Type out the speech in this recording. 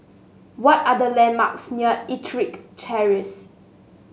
what are the landmarks near EttricK Terrace